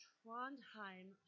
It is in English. Trondheim